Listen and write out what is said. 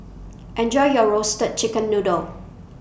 Enjoy your Roasted Chicken Noodle